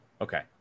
okay